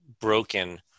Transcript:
broken